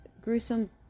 gruesome